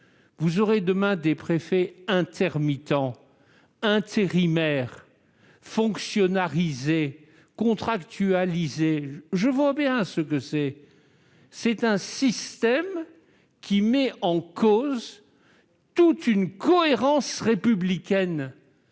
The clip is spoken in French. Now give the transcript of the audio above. Vous aurez demain des préfets intermittents, intérimaires, fonctionnalisés, contractualisés. Je vois très bien de quoi il s'agit : c'est un système qui met en cause toute une cohérence républicaine,